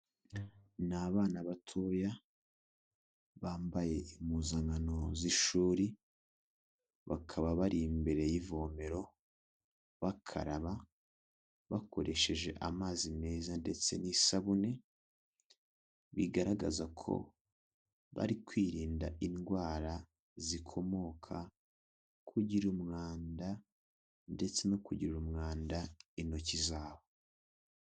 Ni abana batoya bambaye impuzankano z'ishuri, bakaba bari imbere y'ivomero bakaraba bakoresheje amazi meza ndetse n'isabune, bigaragaza ko bari kwirinda indwara zikomoka kugira umwanda ndetse no kugirira umwanda intoki zabo.